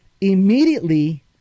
Immediately